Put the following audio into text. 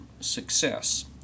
success